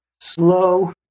slow